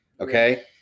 Okay